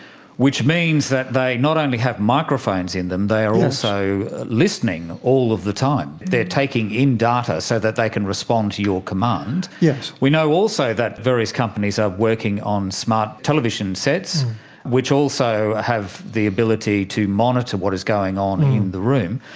which means that they not only have microphones in them, they are also listening all of the time, they are taking in data so that they can respond to your command. yeah we know also that various companies are working on smart television sets which also have the ability to monitor what is going on in the room.